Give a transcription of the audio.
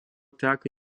teka